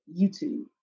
YouTube